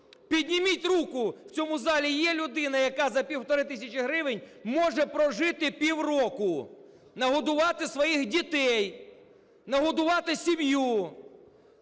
Підніміть руку, в цьому залі є людина, яка за півтори тисячі гривень може прожити півроку? Нагодувати своїх дітей, нагодувати сім'ю,